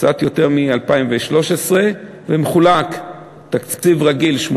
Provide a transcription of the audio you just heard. קצת יותר מל-2013, ומחולק, תקציב רגיל 18